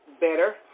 better